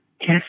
Yes